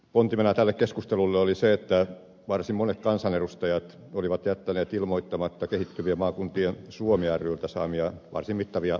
pontimena tälle keskustelulle oli se että varsin monet kansanedustajat olivat jättäneet ilmoittamatta kehittyvien maakuntien suomi ryltä saamiaan varsin mittavia vaaliavustuksia